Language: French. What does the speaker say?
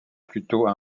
plutôt